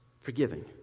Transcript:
Forgiving